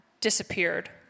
disappeared